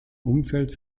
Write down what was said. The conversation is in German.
umfeld